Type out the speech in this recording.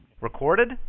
Recorded